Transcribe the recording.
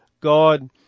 God